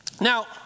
Now